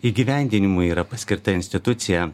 įgyvendinimui yra paskirta institucija